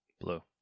Blue